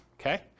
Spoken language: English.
Okay